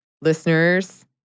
Listeners